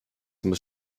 muss